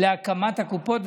להקמת הקופות,